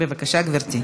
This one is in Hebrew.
בבקשה, גברתי.